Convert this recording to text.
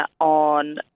on